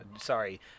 sorry